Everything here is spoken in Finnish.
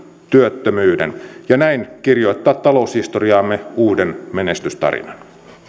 työttömyyden ja näin kirjoittaa taloushistoriaamme uuden menestystarinan